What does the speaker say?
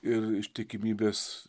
ir ištikimybės